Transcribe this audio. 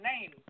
name